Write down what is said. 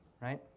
right